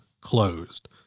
closed